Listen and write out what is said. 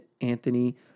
Anthony